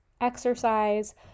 exercise